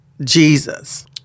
Jesus